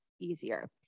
easier